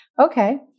okay